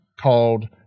called